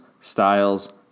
styles